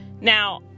Now